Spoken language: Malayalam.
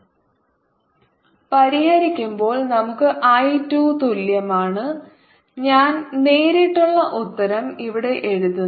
10×3I13RI203×10I13I220 V പരിഹരിക്കുമ്പോൾ നമുക്ക് I 2 തുല്യമാണ് ഞാൻ നേരിട്ടുള്ള ഉത്തരം ഇവിടെ എഴുതുന്നു